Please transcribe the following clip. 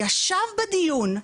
ישב בדיון,